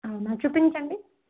అవునా చూపించండి